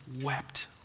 wept